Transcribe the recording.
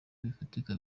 bifatika